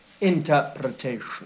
interpretation